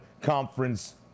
Conference